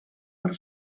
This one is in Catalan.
per